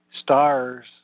stars